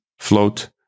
float